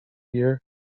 year